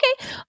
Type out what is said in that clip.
okay